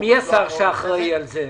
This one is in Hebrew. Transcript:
מי השר שאחראי על זה?